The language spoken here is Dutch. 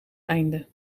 einde